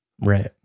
Right